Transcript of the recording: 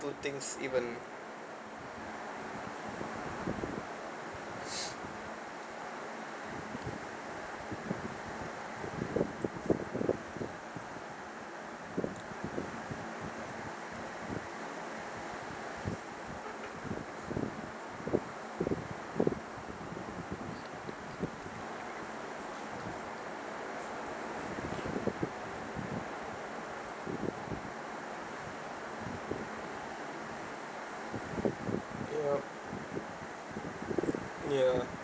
ya ya